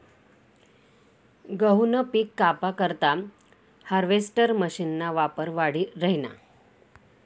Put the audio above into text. गहूनं पिक कापा करता हार्वेस्टर मशीनना वापर वाढी राहिना